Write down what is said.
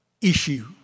issue